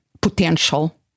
potential